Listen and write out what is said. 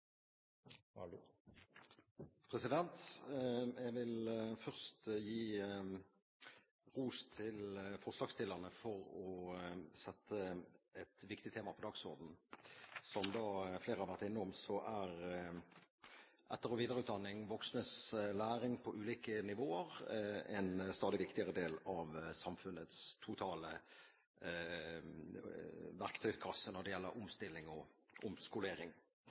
Jeg vil først gi ros til forslagsstillerne for å sette et viktig tema på dagsordenen. Som flere har vært innom, så er etter- og videreutdanning – voksnes læring på ulike nivåer – en stadig viktigere del av samfunnets totale verktøykasse når det gjelder omstilling og omskolering.